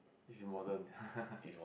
is important